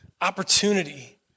opportunity